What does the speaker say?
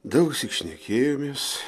daugsyk šnekėjomės